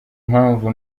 mpamvu